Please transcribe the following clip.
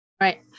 Right